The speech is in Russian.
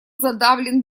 задавлен